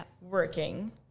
working